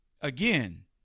again